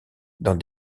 dans